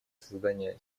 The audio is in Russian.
создания